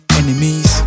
enemies